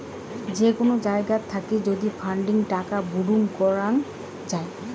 যে কোন জায়গাত থাকি যদি ফান্ডিং টাকা বুরুম করং যাই